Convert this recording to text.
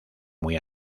muy